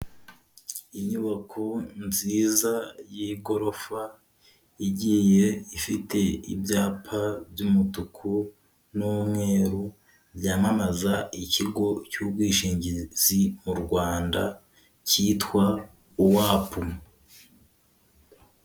Inyubako nziza y'igorofa, igiye ifite ibyapa by'umutuku n'umweru byamamaza ikigo cy'ubwishingizi mu Rwanda cyitwa wapu.